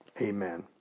Amen